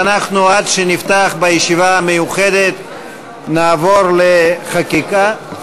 עד שנפתח בישיבה המיוחדת אנחנו נעבור לחקיקה.